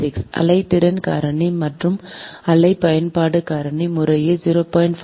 6 ஆலை திறன் காரணி மற்றும் ஆலை பயன்பாட்டு காரணி முறையே 0